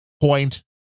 point